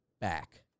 back